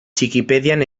txikipedian